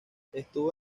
estuvo